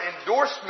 endorsement